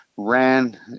Ran